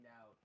out